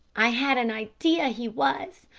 i had an idea he was,